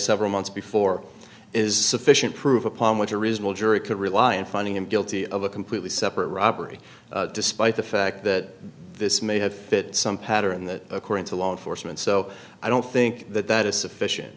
several months before is sufficient proof upon which a reasonable jury could rely on finding him guilty of a completely separate robbery despite the fact that this may have fit some pattern that according to law enforcement so i don't think that that is sufficient